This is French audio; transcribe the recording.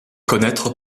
connaître